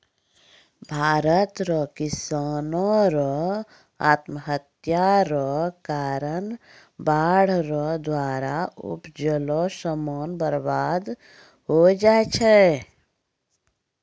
भारत रो किसानो रो आत्महत्या रो कारण बाढ़ रो द्वारा उपजैलो समान बर्बाद होय जाय छै